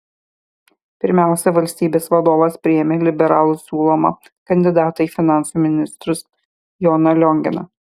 pirmiausia valstybės vadovas priėmė liberalų siūlomą kandidatą į finansų ministrus joną lionginą